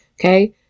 okay